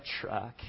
truck